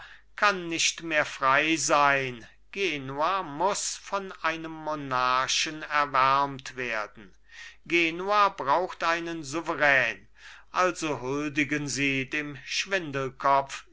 kann nicht mehr frei sein genua muß von einem monarchen erwärmt werden genua braucht einen souverän also huldigen sie dem